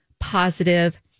positive